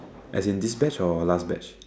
as in this batch or last batch